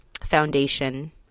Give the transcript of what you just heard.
foundation